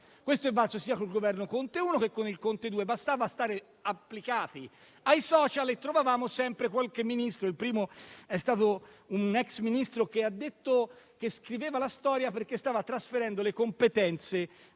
Questo è valso sia col Governo Conte 1 che con il Governo Conte 2. Bastava stare applicati ai *social* e si trovava sempre qualche Ministro: il primo è stato un ex Ministro che ha detto che scriveva la storia perché stava trasferendo le competenze